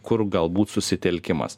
kur galbūt susitelkimas